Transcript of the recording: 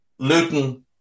Luton